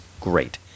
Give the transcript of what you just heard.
great